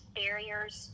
barriers